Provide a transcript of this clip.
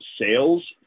sales